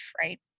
right